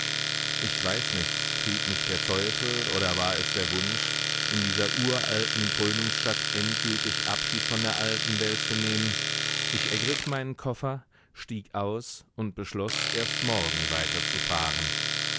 ich weiß nicht trieb mich der teufel oder war es der wunsch in dieser uralten krönungsstadt endgültig abschied von der alten welt zu nehmen ich ergriff meinen koffer stieg aus und beschloß erst morgen